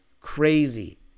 crazy